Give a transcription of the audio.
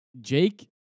Jake